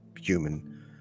human